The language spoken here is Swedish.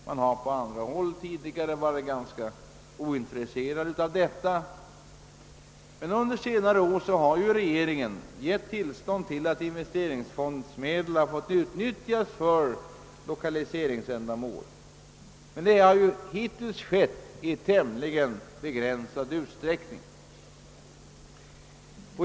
Man har på andra håll tidigare varit ganska ointresserad av detta, men under senare år har regeringen givit tillstånd till att investeringsfondsmedel fått utnytjas för lokaliseringsändamål, men hittills har detta skett i tämligen begränsad utsträckning.